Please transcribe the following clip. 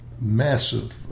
massive